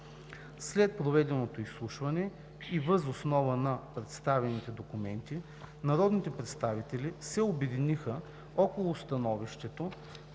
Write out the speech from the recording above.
След проведеното изслушване и въз основа на представените документи, народните представители се обединиха около становището,